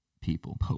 people